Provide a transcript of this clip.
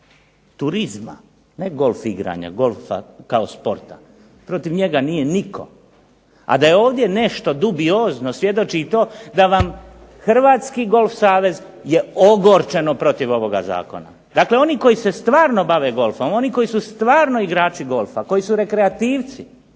turizma, ne golf igranja, golfa kao sporta. Protiv njega nije nitko. A da je ovdje nešto dubiozno svjedoči i to da vam Hrvatski golf savez je ogorčeno protiv ovoga zakona. Dakle, oni koji se stvarno bave golfom, oni koji su stvarno igrači golfa, koji su rekreativci